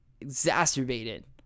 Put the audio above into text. exacerbated